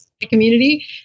community